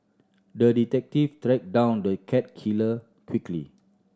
the detective tracked down the cat killer quickly